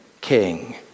king